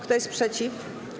Kto jest przeciw?